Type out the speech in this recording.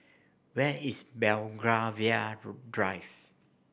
where is Belgravia Drive